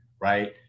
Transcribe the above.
right